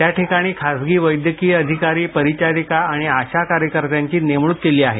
त्याठिकाणी खासगी वैद्यकीय अधिकारी परिचारिका आणि आशा कार्यकर्त्यांची नेमणूक केली आहे